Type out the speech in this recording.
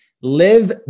live